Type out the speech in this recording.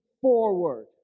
forward